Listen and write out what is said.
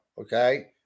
Okay